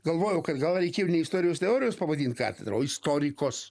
galvojau kad gal reikėjo ne istorijos teorijos pavadint katedrą o istorikos